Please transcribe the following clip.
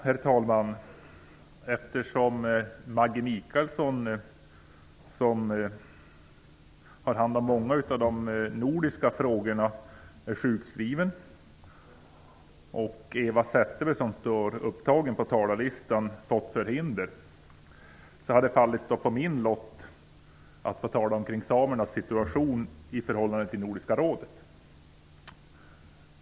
Herr talman! Eftersom Maggi Mikaelsson som har hand om många av de nordiska frågorna är sjukskriven, och Eva Zetterberg som står upptagen på talarlistan fått förhinder, har det fallit på min lott att tala omkring samernas situation i förhållande till Nordiska rådet.